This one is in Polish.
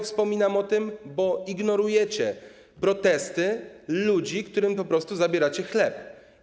Wspominam o tym, bo ignorujecie protesty ludzi, którym po prostu zabieracie chleb.